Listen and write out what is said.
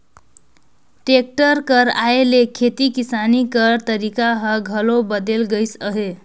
tractor कर आए ले खेती किसानी कर तरीका हर घलो बदेल गइस अहे